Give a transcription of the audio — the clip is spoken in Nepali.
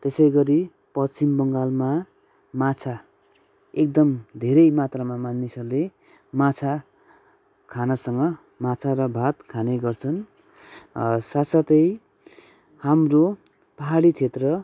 त्यसै गरी पश्चिम बङ्गालमा माछा एकदम धेरै मात्रामा मानिसहरूले माछा खानासँग माछा र भात खाने गर्छन् साथ साथै हाम्रो पहाडी क्षेत्र